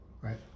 Right